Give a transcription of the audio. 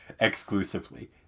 exclusively